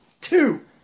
Two